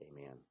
Amen